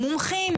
מומחים,